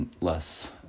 less